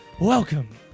welcome